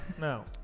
No